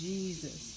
Jesus